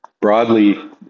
broadly